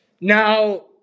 Now